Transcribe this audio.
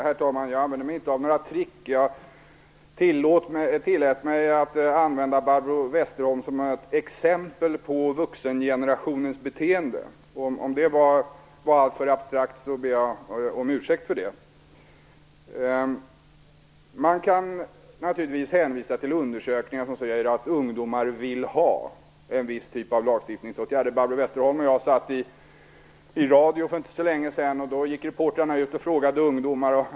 Herr talman! Jag använde mig inte av några trick. Jag tillät mig att använda Barbro Westerholm som ett exempel på vuxengenerationens beteende. Om det var alltför abstrakt så ber jag om ursäkt för det. Man kan naturligtvis hänvisa till undersökningar som säger att ungdomar vill ha en viss typ av lagstiftningsåtgärder. Barbro Westerholm och jag satt i radio för inte så länge sedan, och då gick reportrarna ut och frågade ungdomar.